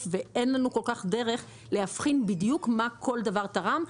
ואין לנו כל-כך דרך להבחין בדיוק מה כל דבר תרם.